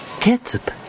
Ketchup